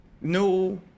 No